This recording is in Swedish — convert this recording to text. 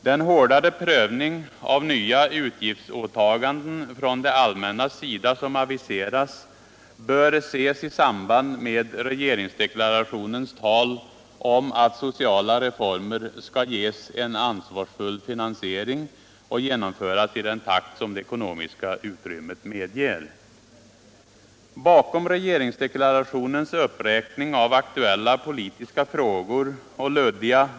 Den hårdare prövning av nya utgiftsåtaganden från det allmännas sida som aviserats bör ses i samband med regeringsdeklarationens tal om att sociala reformer skall ges en ansvarsfull finansiering och genomföras i den takt som det ekonomiska utryvmmet medger. Bakom regeringsdeklarationens uppräkning av aktuella politiska frågor och luddiga.